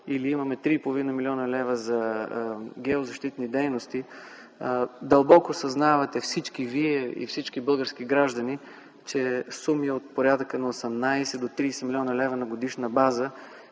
или имаме 3,5 млн. лв. за геозащитни дейности, дълбоко съзнавате всички вие и всички български граждани, че суми от порядъка на 18 до 30 млн. лв. на годишна база